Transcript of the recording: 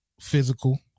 physical